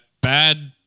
bad